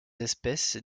espèces